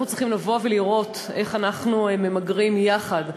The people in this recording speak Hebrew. אנחנו צריכים לבוא ולראות איך אנחנו ממגרים יחד,